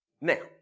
Now